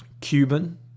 Cuban